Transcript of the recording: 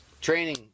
Training